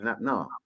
No